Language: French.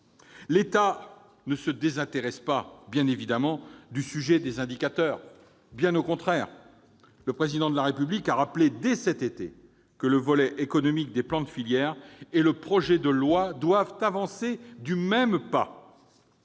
L'État ne se désintéresse évidemment pas du sujet des indicateurs. Au contraire, le Président de la République a rappelé dès cet été que le volet économique des plans de filière et le projet de loi devaient avancer du même pas.